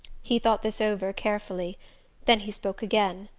he thought this over carefully then he spoke again.